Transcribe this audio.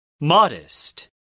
Modest